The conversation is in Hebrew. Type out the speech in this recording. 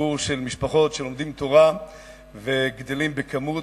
ציבור של משפחות שלומדות תורה וגדלות בכמות,